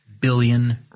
billion